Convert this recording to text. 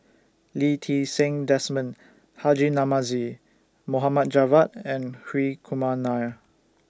Lee Ti Seng Desmond Haji Namazie Mohd Javad and Hri Kumar Nair